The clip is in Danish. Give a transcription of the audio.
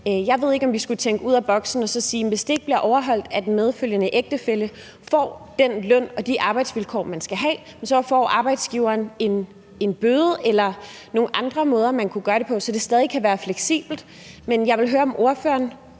Jeg ved ikke, om vi skulle tænke ud af boksen og sige, at hvis det ikke bliver overholdt, at medfølgende ægtefælle får den løn og de arbejdsvilkår, vedkommende skal have, så får arbejdsgiveren en bøde – der kunne også være nogle andre måder, man kunne gøre det på – så det stadig kan være fleksibelt. Så jeg vil høre, om ordføreren